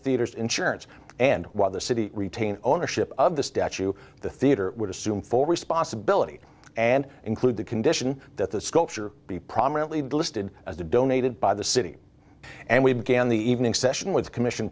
theaters insurance and while the city retain ownership of the statue the theater would assume full responsibility and include the condition that the sculpture be prominently listed as a donated by the city and we began the evening session with the commission